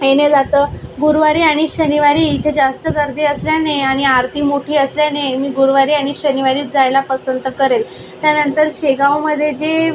याने जातं गुरुवारी आणि शनिवारी इथे जास्त गर्दी असल्याने आणि आरती मोठी असल्याने मी गुरुवारी आणि शनिवारीच जायला पसंत करेल त्यानंतर शेगावमध्ये जे